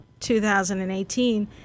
2018